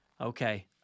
okay